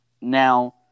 Now